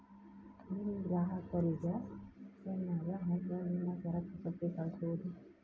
ನಿಮ್ ಗ್ರಾಹಕರಿಗರ ಎಕ್ಸೆಲ್ ನ್ಯಾಗ ಹೆಂಗ್ ನಿಮ್ಮ ಸರಕುಪಟ್ಟಿ ಕಳ್ಸೋದು?